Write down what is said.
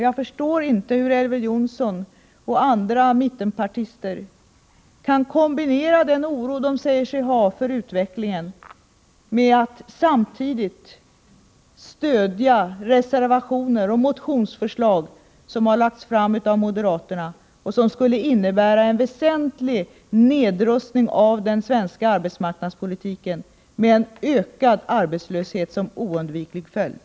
Jag förstår inte hur Elver Jonsson och andra mittenpartister kan kombinera den oro som de säger sig ha för utvecklingen med att stödja reservationer och motionsförslag som läggs fram av moderaterna och som skulle innebära en väsentlig nedrustning av den svenska arbetsmarknadspolitiken, med ökad arbetslöshet som oundviklig följd.